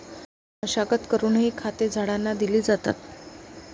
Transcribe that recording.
मशागत करूनही खते झाडांना दिली जातात